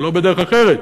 ולא בדרך אחרת.